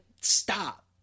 stop